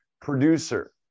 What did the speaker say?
Producer